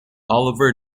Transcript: oliver